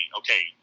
okay